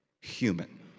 human